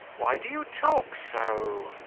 why do you talk so.